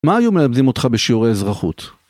מה היו מלמדים אותך בשיעורי אזרחות?